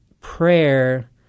prayer